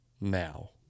now